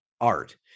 art